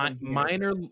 Minor